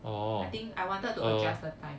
I think I wanted to adjust the time